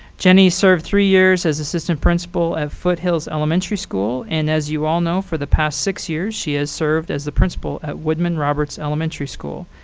jenny served three years as assistant principal of foothills elementary school. and as you all know, for the past six years, she has served as the principal at woodman roberts elementary school.